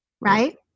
right